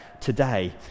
today